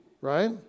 Right